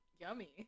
yummy